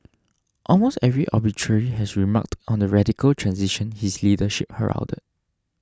almost every obituary has remarked on the radical transition his leadership heralded